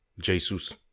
Jesus